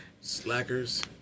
Slackers